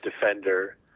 defender